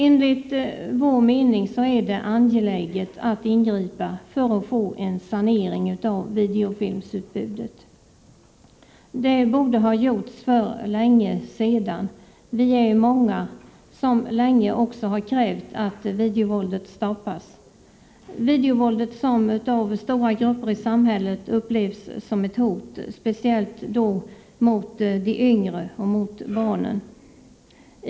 Enligt vår mening är det angeläget att ingripa för att få en sanering av videofilmutbudet. Det borde ha gjorts för länge sedan. Vi är många som länge har krävt att videovåldet stoppas. Videovåldet upplevs av stora grupper i samhället som ett hot, framför allt mot ungdomarna och barnen.